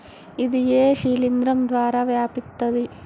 ఇది ఏ శిలింద్రం ద్వారా వ్యాపిస్తది?